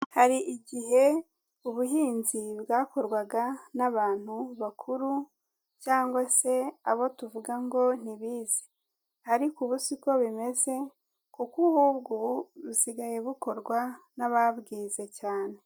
Hari igihe ubuhinzi bwakorwaga n'abantu bakuru cyangwa se abo tuvuga ngo ntibize ariko ubu siko bimeze kuko ahubwo ubu busigaye bukorwa n'ababwize cyane.